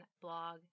blog